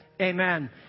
Amen